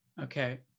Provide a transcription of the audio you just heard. Okay